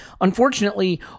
unfortunately